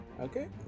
Okay